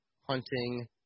hunting